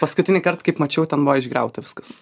paskutinįkart kaip mačiau ten buvo išgriauta viskas